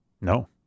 No